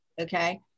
okay